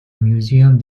museum